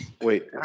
Wait